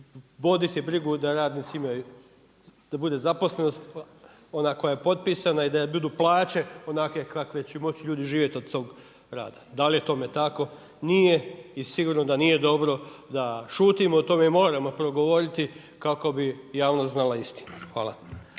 voditi brigu da radnici imaju, da bude zaposlenost ona koja je potpisana i da budu plaće onakve kakve će ljudi moći živjeti od svog rada. Da li je tome tako? Nije i sigurno da nije dobro da šutimo o tome i moramo progovoriti kako bi javnost znala istinu. Hvala.